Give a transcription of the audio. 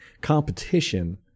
Competition